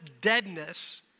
deadness